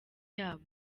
yabo